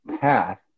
path